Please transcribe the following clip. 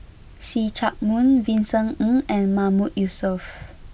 see Chak Mun Vincent Ng and Mahmood Yusof